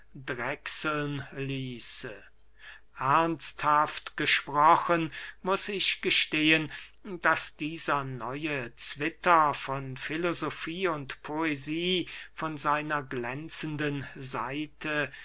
ließe ernsthaft gesprochen muß ich gestehen daß dieser neue zwitter von filosofie und poesie von seiner glänzenden seite